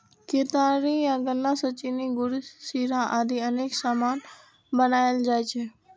केतारी या गन्ना सं चीनी, गुड़, शीरा आदि अनेक सामान बनाएल जाइ छै